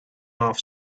off